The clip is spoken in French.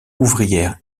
ouvrière